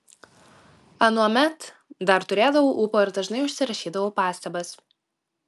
anuomet dar turėdavau ūpo ir dažnai užsirašydavau pastabas